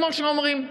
כמו שהם אומרים.